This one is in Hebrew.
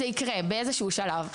זה יקרה באיזשהו שלב.